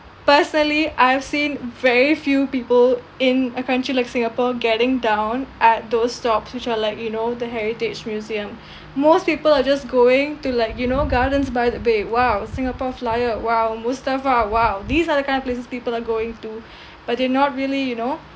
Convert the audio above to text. personally I've seen very few people in a country like singapore getting down at those stops which are like you know the heritage museum most people are just going to like you know gardens by the bay !wow! singapore flyer !wow! mustafa !wow! these are the kind of places people are going to but they're not really you know